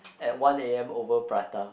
at one a_m over prata